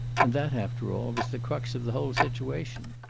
and that, after all, was the crux of the whole situation.